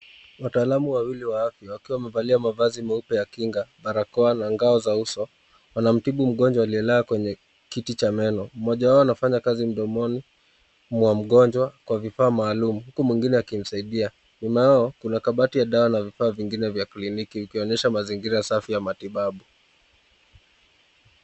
Wataalamu wawili wa afya wakiwa wamevaa mavazi meupe ya kinga, barakoa na ngao za uso, wanamtibu mgonjwa aliyekaa kwenye kiti cha meno. Mmoja wao anafanya kazi mdomoni mwa mgonjwa kwa vifaa maalumu, huku mwimgine akimsaidia. Nyuma yao kuna kabati ya dawa na vifaa vingine vya kliniki ikionyesha mazingira safi ya matibabu.